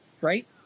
right